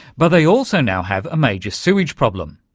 but they also now have a major sewage problem.